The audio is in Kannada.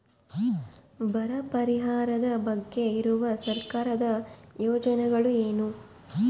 ಬರ ಪರಿಹಾರದ ಬಗ್ಗೆ ಇರುವ ಸರ್ಕಾರದ ಯೋಜನೆಗಳು ಏನು?